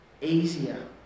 easier